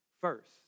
first